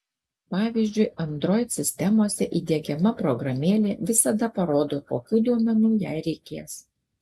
pavyzdžiui android sistemose įdiegiama programėlė visada parodo kokių duomenų jai reikės